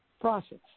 process